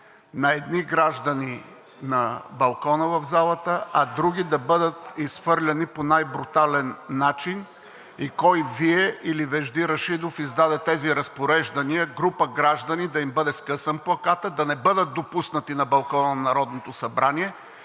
на едни граждани на балкона в залата, а други да бъдат изхвърлени по най-брутален начин и кой – Вие или Вежди Рашидов, издаде тези разпореждания на група граждани да им бъде скъсан плакатът, да не бъдат допуснати на балкона на Народното събрание